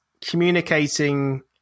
communicating